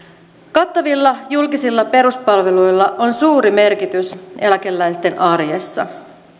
kattavilla julkisilla peruspalveluilla on suuri merkitys eläkeläisten arjessa